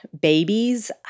babies